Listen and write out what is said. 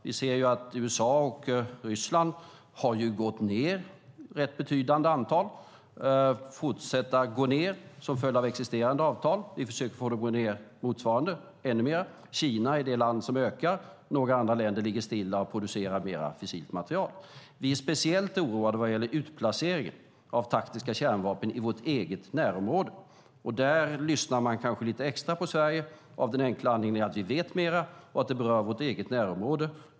Vi ser att USA och Ryssland har gått ned rätt betydande i antal och fortsätter att gå ned, som följd av existerande avtal. Vi försöker få det att gå ned motsvarande, ännu mer. Kina är det land som ökar. Några andra länder ligger stilla och producerar mer fissilt material. Vi är speciellt oroade vad gäller utplaceringen av taktiska kärnvapen i vårt eget närområde. Där lyssnar man kanske lite extra på Sverige av den enkla anledningen att vi vet mer och att det berör vårt eget närområde.